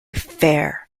fair